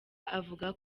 avuga